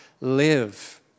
live